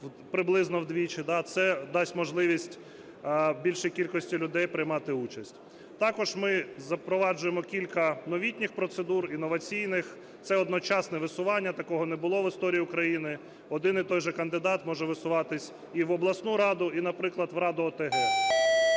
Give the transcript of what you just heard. приблизно вдвічі. Це дасть можливість більшій кількості людей приймати участь. Також ми запроваджуємо кілька новітніх процедур, інноваційних. Це одночасне висування, такого не було в історії України, один і той же кандидат може висуватись і в обласну раду, і, наприклад, в раду ОТГ.